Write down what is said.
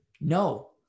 No